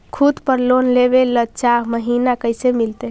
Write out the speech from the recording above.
खूत पर लोन लेबे ल चाह महिना कैसे मिलतै?